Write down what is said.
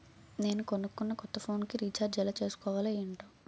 నేను కొనుకున్న కొత్త ఫోన్ కి రిచార్జ్ ఎలా చేసుకోవాలో ఏంటో